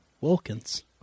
Wilkins